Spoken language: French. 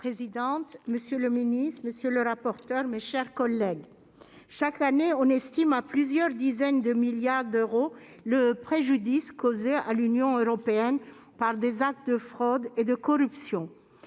Madame la présidente, monsieur le ministre, mes chers collègues, chaque année, on estime à plusieurs dizaines de milliards d'euros le préjudice causé à l'Union européenne par des actes de fraude et de corruption.